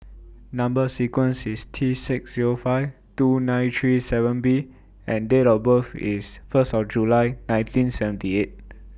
Number sequence IS T six Zero five two nine three seven B and Date of birth IS First of July nineteen seventy eight